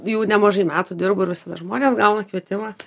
jau nemažai metų dirbu ir žmonės gauna kvietimą